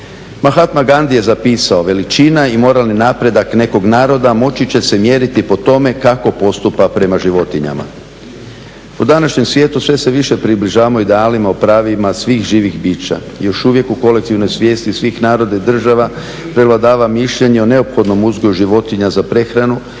Mahatma Gandi je zapisao "Veličina i moralni napredak nekog naroda moći će se mjeriti po tome kako postupa prema životinjama." U današnjem svijetu sve se više približavamo idealima o pravima svih živih bića, još uvijek u kolektivnoj svijesti svih naroda i država prevladava mišljenje o neophodnom uzgoju životinja za prehranu